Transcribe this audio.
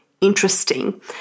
interesting